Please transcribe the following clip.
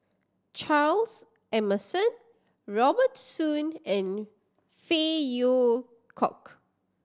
Charles Emmerson Robert Soon and Phey Yew Kok